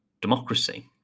democracy